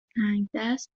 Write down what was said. تنگدست